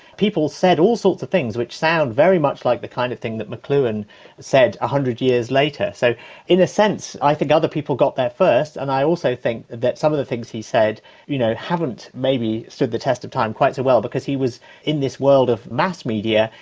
people said all sorts of things which sound very much like the kind of thing that mcluhan said one ah hundred years later. so in a sense i think other people got there first, and i also think that some of the things he said you know haven't maybe stood the test of time quite so well because he was in this world of mass media,